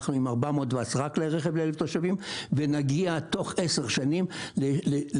אנחנו עם 410 כלי רכב ל-1,000 תושבים ונגיע תוך עשר שנים לכ-500,